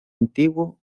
antiguo